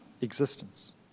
existence